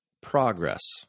progress